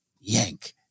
yank